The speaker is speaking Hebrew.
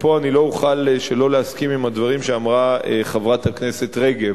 ופה אני לא אוכל שלא להסכים עם הדברים שאמרה חברת הכנסת מירי רגב,